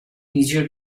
easier